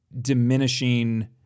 diminishing